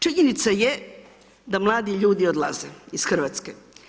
Činjenica je da mladi ljudi odlaze iz Hrvatske.